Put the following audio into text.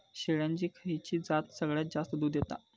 शेळ्यांची खयची जात सगळ्यात जास्त दूध देता?